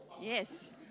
Yes